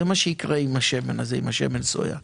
וזה מה שיקרה עם השמן סויה הזה.